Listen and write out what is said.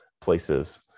places